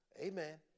Amen